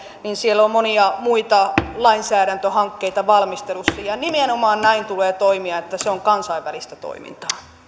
siellä on monia muita lainsäädäntöhankkeita valmistelussa ja ja nimenomaan näin tulee toimia että se on kansainvälistä toimintaa